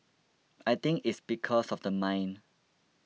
I think it's because of the mine